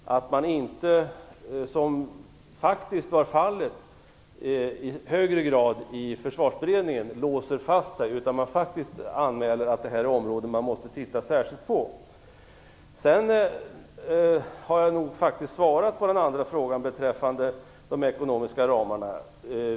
Man låser inte fast sig, vilket faktiskt var fallet i högre grad i Försvarsberedningen, utan anmäler att det är områden som man måste titta särskilt på. Jag har nog faktiskt svarat på frågan beträffande de ekonomiska ramarna.